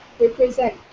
represent